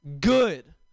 Good